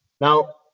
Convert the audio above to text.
now